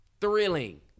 thrilling